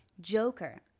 Joker